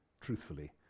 truthfully